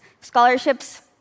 scholarships